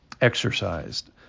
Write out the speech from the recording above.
exercised